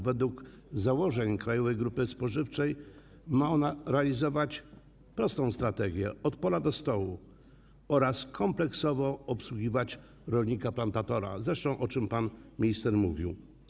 Według założeń Krajowej Grupy Spożywczej ma ona realizować prostą strategię: Od pola do stołu, a także kompleksowo obsługiwać rolnika lub plantatora, o czym zresztą pan minister mówił.